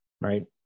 Right